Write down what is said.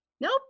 Nope